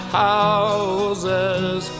houses